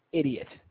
idiot